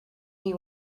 you